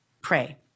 pray